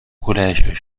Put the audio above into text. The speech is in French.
collège